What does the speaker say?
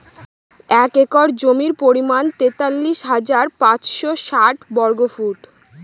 এক একর জমির পরিমাণ তেতাল্লিশ হাজার পাঁচশ ষাট বর্গফুট